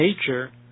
nature